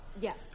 Yes